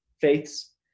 faiths